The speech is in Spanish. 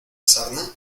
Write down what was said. sarna